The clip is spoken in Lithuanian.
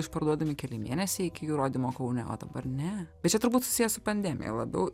išparduodami keli mėnesiai iki jų rodymo kaune o dabar ne bet čia turbūt susiję su pandemija labiau